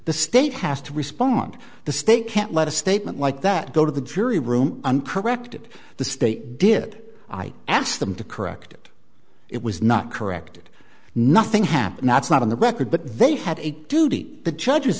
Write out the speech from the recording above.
the state has to respond the state can't let a statement like that go to the jury room and corrected the state did i ask them to correct it it was not corrected nothing happened that's not in the record but they had a duty the